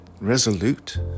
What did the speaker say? resolute